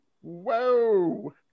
whoa